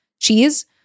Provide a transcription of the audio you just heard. cheese